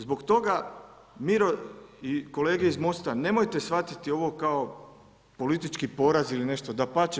Zbog toga Miro i kolege iz Mosta, nemojte shvatiti ovo kao politički poraz ili nešto, dapače.